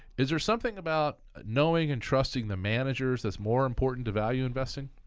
is there something about knowing and trusting the managers that's more important to value investing?